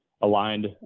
aligned